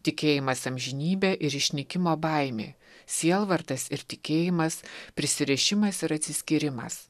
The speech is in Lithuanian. tikėjimas amžinybe ir išnykimo baimė sielvartas ir tikėjimas prisirišimas ir atsiskyrimas